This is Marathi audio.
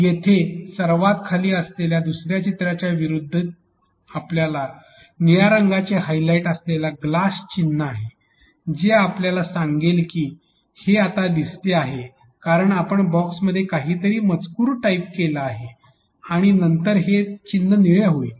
येथे सर्वात खाली असलेल्या दुसर्या चित्राच्या विरूद्ध आपल्याकडे निळ्या रंगाचे हायलाइट असलेले ग्लास चिन्ह देखील आहे जे आपल्याला सांगेल की हे आता दिसते आहे कारण आपण या बॉक्समध्ये काही मजकूर टाइप केला आहे आणि नंतर हे चिन्ह निळे होईल